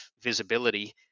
visibility